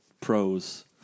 pros